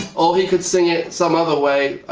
or he could sing it some other way.